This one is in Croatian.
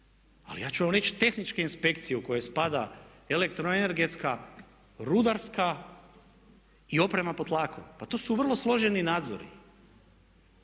ali ja ću vam reći tehničke inspekcije u koje spada elektroenergetska, rudarska i oprema pod tlakom. Pa to su vrlo složeni nadzori.